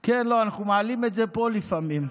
כן, אנחנו מעלים את זה פה לפעמים.